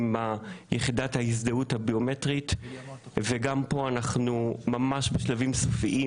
עם יחידת ההזדהות הביומטרית וגם פה אנחנו ממש בשלבים סופיים